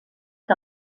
que